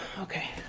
okay